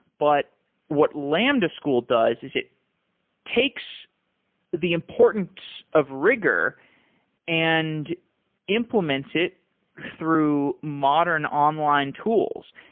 but what lambda school does is it takes the importance of rigor and implements it through modern online tools,